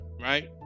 right